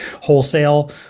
wholesale